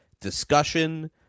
discussion